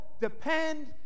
depend